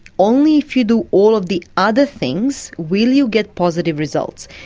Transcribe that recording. only if you do all of the other things will you get positive results.